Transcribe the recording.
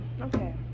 okay